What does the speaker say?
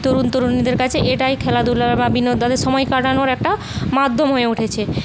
তরুণ তরুণীদের কাছে এটাই খেলাধুলোর বা বিনোদনের সময় কাটানোর একটা মাধ্যম হয়ে উঠেছে